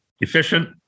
efficient